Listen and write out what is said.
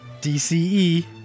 DCE